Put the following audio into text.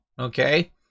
Okay